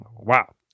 Wow